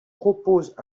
proposent